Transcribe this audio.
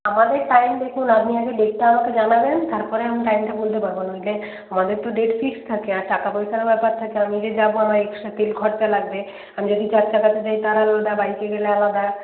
আমাদের টাইম দেখুন আপনি আগে ডেটটা আমাকে জানাবেন তার পরে আমি টাইমটা বলতে পারব নইলে আমাদের তো ডেট ফিক্সড থাকে আর টাকা পয়সারও ব্যাপার থাকে আমি যে যাব আমার এক্সট্রা তেল খরচা লাগবে আমি যদি চারচাকাতে যাই তার আলাদা বাইকে গেলে আলাদা